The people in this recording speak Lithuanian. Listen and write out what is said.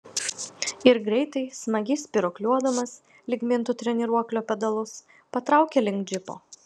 ir greitai smagiai spyruokliuodamas lyg mintų treniruoklio pedalus patraukė link džipo